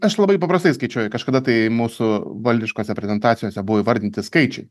aš labai paprastai skaičiuoju kažkada tai mūsų valdiškose prezentacijose buvo įvardinti skaičiai